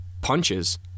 punches